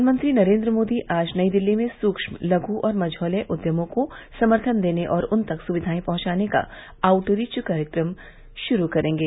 प्रधानमंत्री नरेन्द्र मोदी आज नई दिल्ली में सूह्य लघु और मझौले उद्यमों को समर्थन देने और उन तक सुक्वियएं पहुंचाने का आउटरीच कार्यक्रम शुरू करेंगे